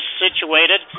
situated